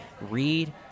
read